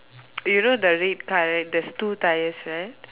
you know the red car right there's two tyres right